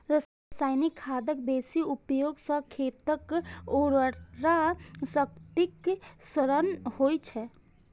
रासायनिक खादक बेसी उपयोग सं खेतक उर्वरा शक्तिक क्षरण होइ छै